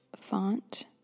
font